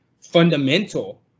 fundamental